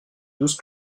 douze